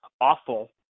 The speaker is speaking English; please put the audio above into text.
awful